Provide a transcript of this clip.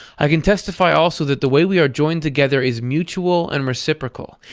i can testify also that the way we are joined together is mutual and reciprocal.